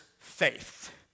faith